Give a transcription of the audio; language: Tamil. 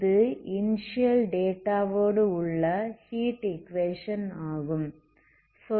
இது இனிஸியல் டேட்டாவோடு உள்ள ஹீட் ஈக்குவேஷன் ஆகும்